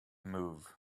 move